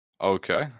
Okay